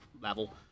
level